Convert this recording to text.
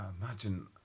imagine